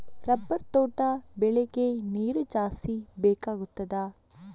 Rubber ತೋಟ ಬೆಳೆಗೆ ನೀರು ಜಾಸ್ತಿ ಬೇಕಾಗುತ್ತದಾ?